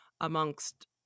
amongst